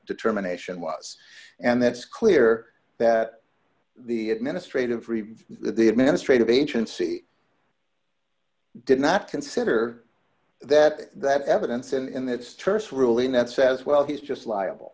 determination was and that's clear that the administrative review the administrative agency did not consider that that evidence and that's terse ruling that says well he's just liable